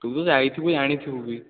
ତୁ ତ ଯାଇଥିବୁ ଜାଣିଥିବୁ ବି